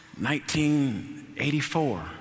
1984